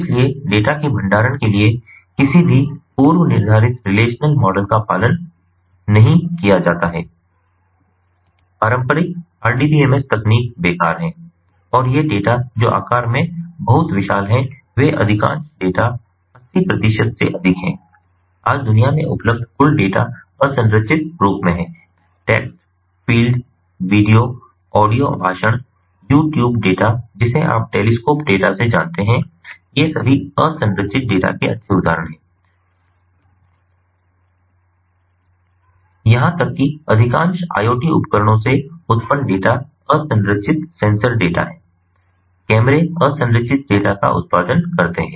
इसलिए डेटा के भंडारण के लिए किसी भी पूर्व निर्धारित रिलेशनल मॉडल का पालन नहीं किया जाता है पारंपरिक आरडीबीएम तकनीक बेकार हैं और ये डेटा जो आकार में बहुत विशाल हैं वे अधिकांश डेटा 80 प्रतिशत से अधिक हैं आज दुनिया में उपलब्ध कुल डेटा असंरचित रूप में हैं टेक्स्ट फ़ील्ड वीडियो ऑडियो भाषण यू ट्यूब डेटा जिसे आप टेलिस्कोप डेटा से जानते हैं ये सभी असंरचित डेटा के अच्छे उदाहरण हैं यहां तक कि अधिकांश IoT उपकरणों से उत्पन्न डेटा असंरचित सेंसर डेटा हैं कैमरे असंरचित डेटा का उत्पादन करते हैं